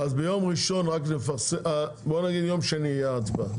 ביום שני תהיה ההצבעה.